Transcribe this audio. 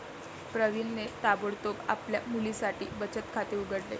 प्रवीणने ताबडतोब आपल्या मुलीसाठी बचत खाते उघडले